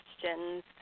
questions